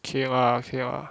okay lah okay lah